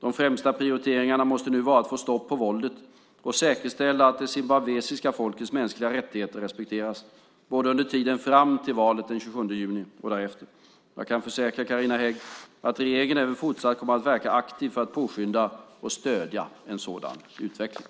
De främsta prioriteringarna måste nu vara att få stopp på våldet och säkerställa att det zimbabwiska folkets mänskliga rättigheter respekteras, både under tiden fram till valet den 27 juni och därefter. Jag kan försäkra Carina Hägg att regeringen även fortsatt kommer att verka aktivt för att påskynda och stödja en sådan utveckling.